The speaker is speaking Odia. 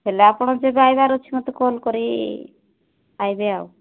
ହେଲେ ଆପଣ ଯଦି ଆସିବାର ଅଛି ମୋତେ କଲ୍ କରି ଆସିବେ ଆଉ